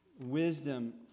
wisdom